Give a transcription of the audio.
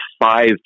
five